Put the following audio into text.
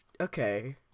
Okay